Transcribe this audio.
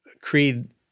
Creed –